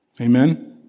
Amen